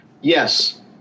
Yes